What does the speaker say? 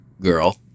girl